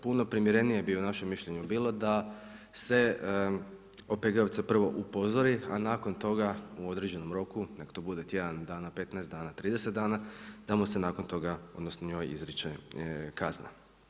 Puno primjerenije po našem mišljenju bilo da se OPG-ovce prvo upozori, a nakon toga u određenom roku neka to bude tjedan dana, 15 dana, 30 dana da mu se nakon toga odnosno njoj izriče kazna.